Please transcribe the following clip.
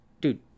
Dude